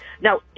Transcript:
Now